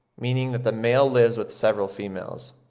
meaning that the male lives with several females.